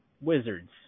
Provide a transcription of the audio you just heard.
wizards